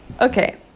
okay